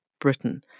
Britain